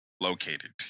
located